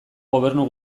gobernu